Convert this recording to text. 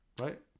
Right